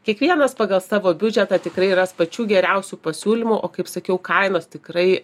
kiekvienas pagal savo biudžetą tikrai ras pačių geriausių pasiūlymų o kaip sakiau kainos tikrai